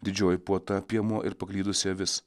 didžioji puota piemuo ir paklydusi avis